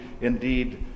indeed